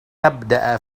تبدأ